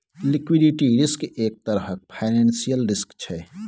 liquidity risk एक तरहक financial risk छै